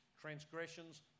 transgressions